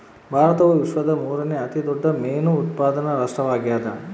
ಭಾರತವು ವಿಶ್ವದ ಮೂರನೇ ಅತಿ ದೊಡ್ಡ ಮೇನು ಉತ್ಪಾದಕ ರಾಷ್ಟ್ರ ಆಗ್ಯದ